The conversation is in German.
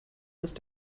ist